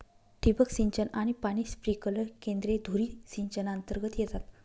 ठिबक सिंचन आणि पाणी स्प्रिंकलर केंद्रे धुरी सिंचनातर्गत येतात